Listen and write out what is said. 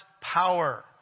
power